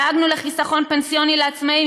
דאגנו לחיסכון פנסיוני לעצמאים,